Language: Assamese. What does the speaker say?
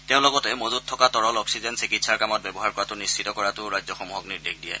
তেওঁ লগতে মজুত থকা তৰল অক্সিজেন চিকিৎসাৰ কামত ব্যৱহাৰ কৰাতো নিশ্চিত কৰাটোও ৰাজ্যসমূহক নিৰ্দেশ দিয়ে